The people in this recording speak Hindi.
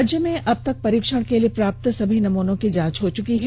राज्य में अब तक परीक्षण के लिए प्राप्त सभी नमूनों की जांच हो चुकी है